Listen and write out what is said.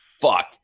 fuck